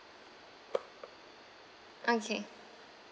okay